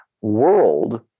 world